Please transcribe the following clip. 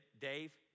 Dave